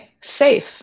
Safe